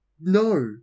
No